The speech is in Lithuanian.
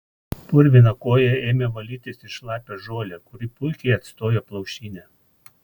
purviną koją ėmė valytis į šlapią žolę kuri puikiai atstojo plaušinę